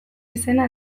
izena